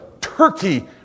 Turkey